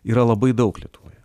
yra labai daug lietuvoje